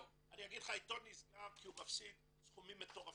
העיתון נסגר כי הוא מפסיד סכומים מטורפים.